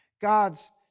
God's